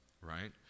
right